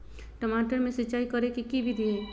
टमाटर में सिचाई करे के की विधि हई?